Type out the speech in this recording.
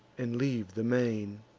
and leave the main.